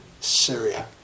syria